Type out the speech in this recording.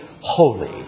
holy